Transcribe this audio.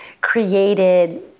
created